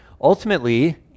Ultimately